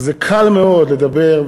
זה קל מאוד לדבר,